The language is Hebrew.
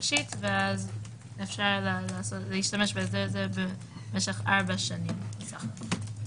אז אפשר להשתמש בזה במשך ארבע שנים בסך הכול.